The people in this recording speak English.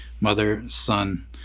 mother-son